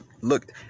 look